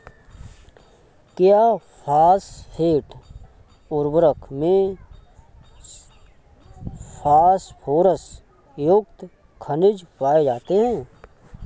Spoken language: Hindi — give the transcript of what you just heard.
क्या फॉस्फेट उर्वरक में फास्फोरस युक्त खनिज पाए जाते हैं?